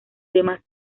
demás